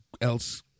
else